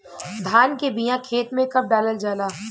धान के बिया खेत में कब डालल जाला?